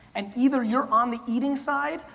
and either you're on the eating side,